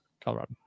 Colorado